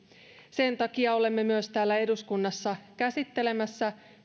sen takia olemme myös täällä eduskunnassa käsittelemässä